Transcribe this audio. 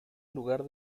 lugar